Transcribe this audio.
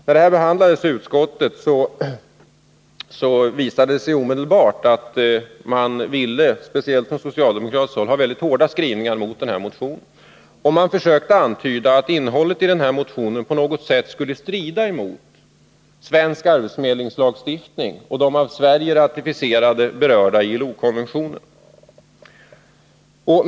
När den behandlades i utskottet visade det sig omedelbart att man, speciellt från socialdemokratiskt håll, ville ha väldigt hårda skrivningar mot den, och man försökte antyda att innehållet på något sätt skulle strida mot svensk arbetsförmedlingslagstiftning och de av Sverige ratificerade berörda ILO konventionerna.